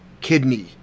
kidney